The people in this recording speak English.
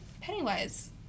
Pennywise